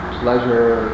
pleasure